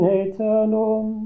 eternum